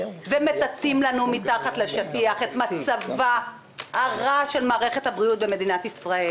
ומטאטאים לנו מתחת לשטיח את מצבה הרע של מערכת הבריאות במדינת ישראל.